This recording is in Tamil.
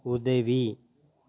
உதவி